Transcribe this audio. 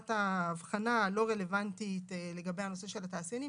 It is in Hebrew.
ההבחנה הלא רלוונטית לגבי הנושא של התעשיינים,